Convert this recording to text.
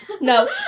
No